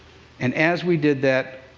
and as we did that,